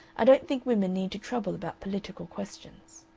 i don't think women need to trouble about political questions.